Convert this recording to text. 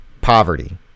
poverty